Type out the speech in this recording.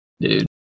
Dude